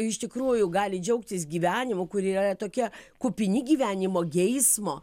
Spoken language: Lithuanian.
iš tikrųjų gali džiaugtis gyvenimu kurie yra tokie kupini gyvenimo geismo